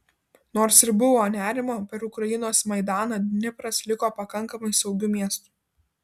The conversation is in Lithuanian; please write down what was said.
nors ir buvo nerimo per ukrainos maidaną dnipras liko pakankamai saugiu miestu